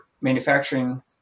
manufacturing